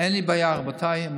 אין לי בעיה, רבותיי.